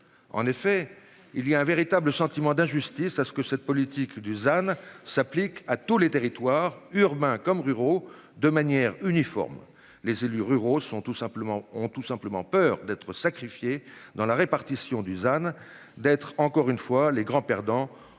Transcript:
En effet il y a un véritable sentiment d'injustice à ce que cette politique Dusan s'applique à tous les territoires urbains comme ruraux de manière uniforme les élus ruraux sont tout simplement ont tout simplement peur d'être sacrifiés dans la répartition Dusan d'être encore une fois, les grands perdants